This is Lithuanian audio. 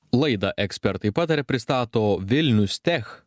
laidą ekspertai pataria pristato vilnius tech